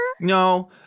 No